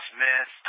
Smith